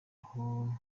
aho